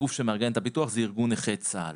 הגוף שמארגן את הביטוח זה ארגון נכי צה"ל,